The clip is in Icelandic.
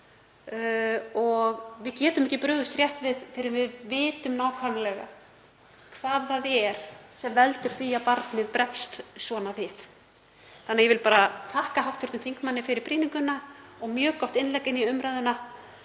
Við getum ekki brugðist rétt við fyrr en við vitum nákvæmlega hvað það er sem veldur því að barnið bregst svona við. Ég vil bara þakka hv. þingmanni fyrir brýninguna og mjög gott innlegg inn í umræðuna